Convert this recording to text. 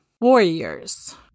warriors